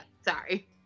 sorry